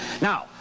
Now